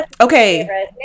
Okay